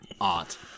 art